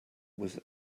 was